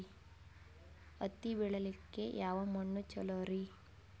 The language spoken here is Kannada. ಹತ್ತಿ ಬೆಳಿಲಿಕ್ಕೆ ಯಾವ ಮಣ್ಣು ಚಲೋರಿ?